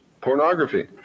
pornography